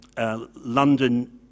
London